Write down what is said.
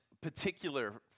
particular